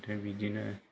ओमफ्राय बिदिनो